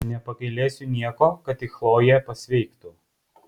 nepagailėsiu nieko kad tik chlojė pasveiktų